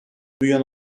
büyüyen